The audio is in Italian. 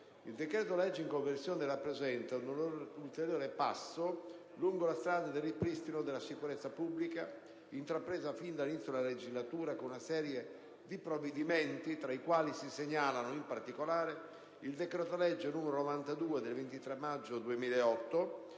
Il decreto-legge in conversione rappresenta un ulteriore passo lungo la strada del ripristino della sicurezza pubblica, intrapresa fin dall'inizio della legislatura con una serie di provvedimenti, tra i quali si segnalano, in particolare, il decreto-legge n. 92 del 23 maggio 2008,